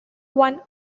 one